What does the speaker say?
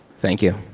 thank you.